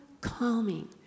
calming